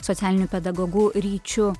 socialiniu pedagogu ryčiu